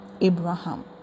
Abraham